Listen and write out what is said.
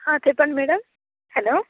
చెప్పండి madam hello